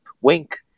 Wink